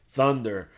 Thunder